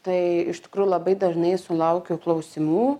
tai iš tikrųjų labai dažnai sulaukiu klausimų